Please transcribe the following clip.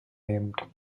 named